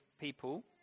people